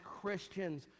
Christians